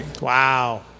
Wow